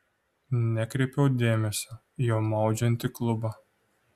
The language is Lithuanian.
nekreipiau dėmesio į jau maudžiantį klubą